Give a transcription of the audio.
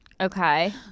Okay